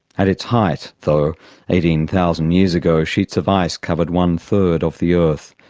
at its height though eighteen thousand years ago, sheets of ice covered one third of the earth,